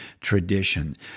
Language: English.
tradition